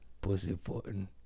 pussyfooting